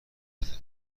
نده